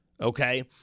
okay